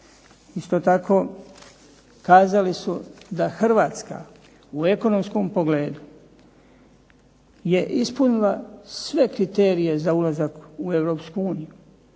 Isto tako, kazali su da Hrvatska u ekonomskom pogledu je ispunila sve kriterije za ulazak u Europsku uniju